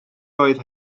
oedd